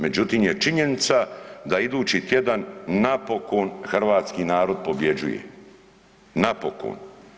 Međutim je činjenica da idući tjedan napokon Hrvatski narod pobjeđuje, napokon.